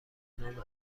نام